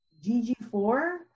GG4